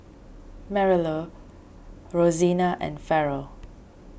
Marilou Rosina and Farrell